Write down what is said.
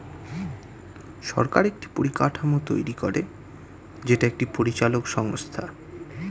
সরকার একটি পরিকাঠামো তৈরী করে যেটা একটি পরিচালক সংস্থা